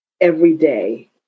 everyday